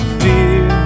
fear